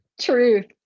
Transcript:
Truth